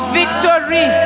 victory